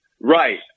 Right